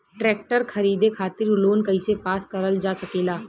Tractor खरीदे खातीर loan कइसे पास करल जा सकेला?